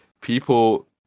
people